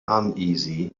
uneasy